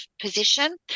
position